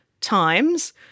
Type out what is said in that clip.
times